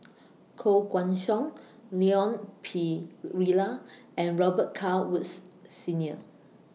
Koh Guan Song Leon Perera and Robet Carr Woods Senior